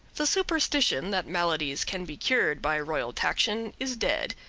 the superstition that maladies can be cured by royal taction is dead,